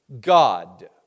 God